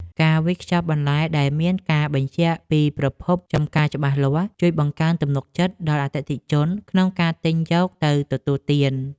ការវេចខ្ចប់បន្លែដែលមានការបញ្ជាក់ពីប្រភពចម្ការច្បាស់លាស់ ជួយបង្កើនទំនុកចិត្តដល់អតិថិជនក្នុងការទិញយកទៅទទួលទាន។